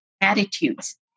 attitudes